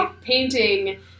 painting